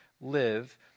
live